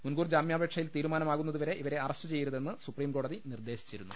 മുൻകുർ ജാമ്യാ പേക്ഷ യിൽ തീരുമാനമാകുന്നതുവരെ ഇവരെ അറസ്റ്റു ചെയ്യരുതെന്ന് സുപ്രീംകോടതി നിർദ്ദേശിച്ചിരുന്നു